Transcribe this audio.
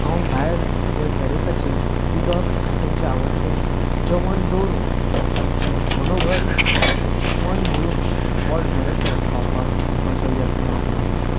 हांव भायर वयर तेर्रासाचेर उदक आनी तेंचे आवडटें जेवण दवरुन तांचो मनोबल या तेंचें मन भरुन पोटभरसर खावपाक दिवपाचो यत्न हांव सदांच करतां